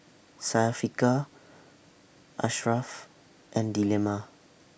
Syafiqah Ashraff and Delima